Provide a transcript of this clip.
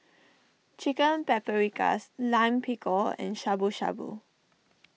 Chicken Paprikas Lime Pickle and Shabu Shabu